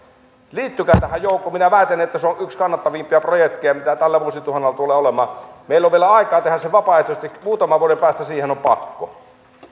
liittykää tähän joukkoon minä väitän että se on yksi kannattavimpia projekteja mitä tällä vuosituhannella tulee olemaan meillä on vielä aikaa tehdä se vapaaehtoisesti muutaman vuoden päästä siihen on on pakko